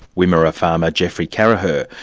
wimmera farmer geoffrey carracher,